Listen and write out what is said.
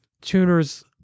tuners